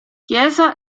chiesa